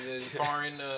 foreign